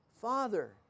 father